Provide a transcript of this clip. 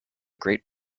great